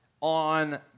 on